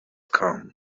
com